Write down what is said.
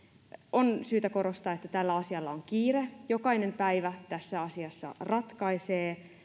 on syytä korostaa että tällä asialla on kiire jokainen päivä tässä asiassa ratkaisee